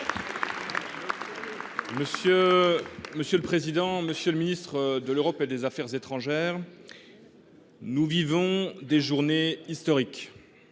Républicains. Monsieur le ministre de l’Europe et des affaires étrangères, nous vivons des journées historiques.